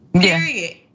period